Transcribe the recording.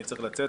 אני צריך לצאת,